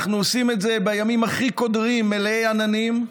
אנחנו עושים את זה בימים הכי קודרים, מלאי עננים,